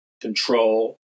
control